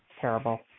Terrible